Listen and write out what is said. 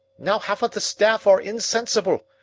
now half of the staff are insensible.